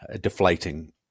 deflating